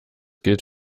gilt